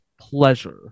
pleasure